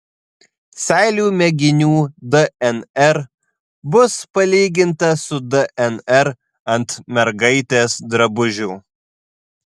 seilių mėginių dnr bus palyginta su dnr ant mergaitės drabužių